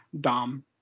Dom